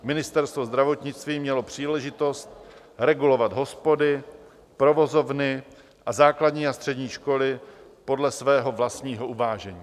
Ministerstvo zdravotnictví mělo příležitost regulovat hospody, provozovny a základní a střední školy podle svého vlastního uvážení.